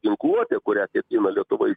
ginkluotė kurią ima lietuvoj